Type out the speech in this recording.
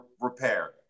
repair